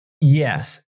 Yes